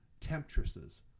temptresses